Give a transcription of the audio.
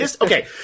Okay